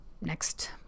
next